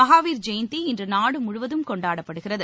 மஹாவீர் ஜெயந்தி இன்று நாடு முழுவதும் கொண்டாடப்படுகிறது